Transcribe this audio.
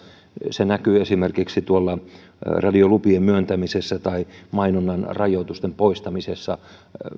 se näkyy esimerkiksi radiolupien myöntämisessä tai mainonnan rajoitusten poistamisessa